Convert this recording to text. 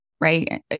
right